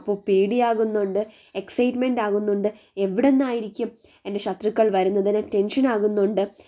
അപ്പോൾ പേടിയാകുന്നുണ്ട് എക്സൈറ്റ്മെൻ്റ് ആകുന്നുണ്ട് എവിടെ നിന്നായിരിക്കും എൻ്റെ ശത്രുക്കൾ വരുന്നത് ഞാൻ ടെൻഷനാകുന്നുണ്ട്